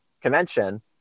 convention